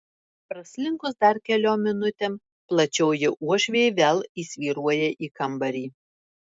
praslinkus dar keliom minutėm plačioji uošvė vėl įsvyruoja į kambarį